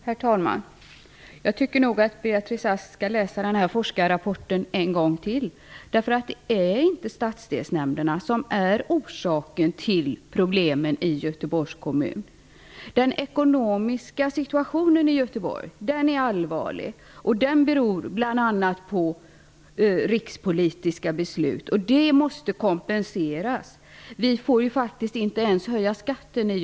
Herr talman! Jag tycker nog att Beatrice Ask skall läsa framlagda forskarrapport en gång till. Stadsdelsnämnderna är nämligen inte orsaken till problemen i Göteborgs kommun. Den ekonomiska situationen i Göteborg är allvarlig och beror bl.a. på rikspolitiska beslut. Det måste kompenseras. I Göteborg får vi faktiskt inte ens höja skatten.